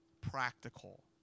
practical